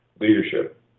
leadership